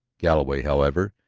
galloway, however,